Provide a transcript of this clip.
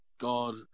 God